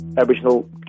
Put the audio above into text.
Aboriginal